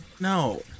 No